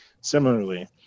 Similarly